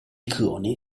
cloni